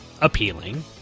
appealing